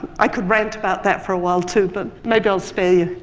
i could rant about that for a while too, but maybe i'll spare you.